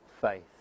faith